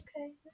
Okay